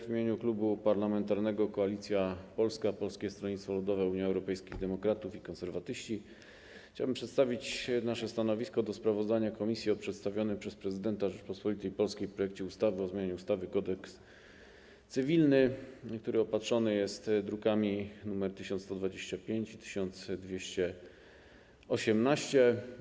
W imieniu Klubu Parlamentarnego Koalicja Polska - Polskie Stronnictwo Ludowe, Unia Europejskich Demokratów, Konserwatyści chciałbym przedstawić nasze stanowisko wobec sprawozdania komisji o przedstawionym przez prezydenta Rzeczypospolitej Polskiej projekcie ustawy o zmianie ustawy - Kodeks cywilny, druki nr 1125 i 1218.